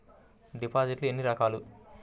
డిపాజిట్లు ఎన్ని రకాలు?